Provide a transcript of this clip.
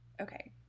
Okay